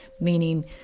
meaning